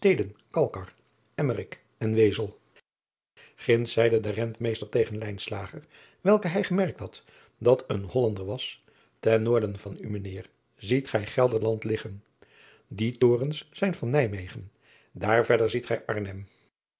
en ezel inds zeide de entmeester tegen welke hij gemerkt had dat een ollander was ten noorden van u mijn eer ziet gij elderland liggen die torens zijn van ijmegen daar verder ziet gij rnhem